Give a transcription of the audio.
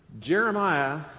Jeremiah